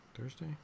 Thursday